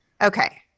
Okay